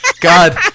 God